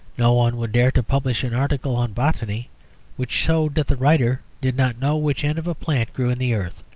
no one would dare to publish an article on botany which showed that the writer did not know which end of a plant grew in the earth.